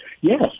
yes